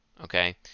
Okay